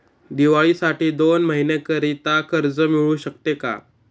दिवाळीसाठी दोन महिन्याकरिता कर्ज मिळू शकते का?